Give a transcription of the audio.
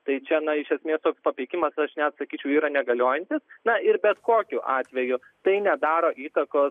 tai čia na iš esmės tok papeikimas aš net sakyčiau yra negaliojantis na ir bet kokiu atveju tai nedaro įtakos